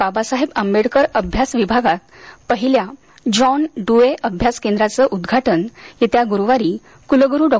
बाबासाहेब आंबेडकर अभ्यास विभागात पहिल्या जॉन डुअे अभ्यास केंद्राचं उद्घाटन येत्या गुरूवारी कुलगुरू डॉ